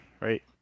right